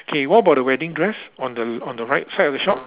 okay what about the wedding dress on the on the right side of the shop